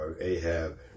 Ahab